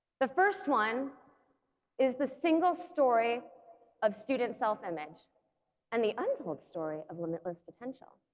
the first one is the single story of student self-image and the untold story of limitless potential